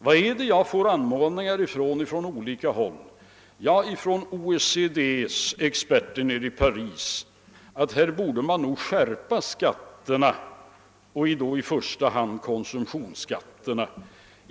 Vad är det då jag får anmaningar om från olika håll? Från OECD:s experter nere i Paris framhålles att man här nog borde skärpa skatterna och då i första hand konsumtionsskatterna.